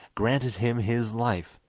granted him his life,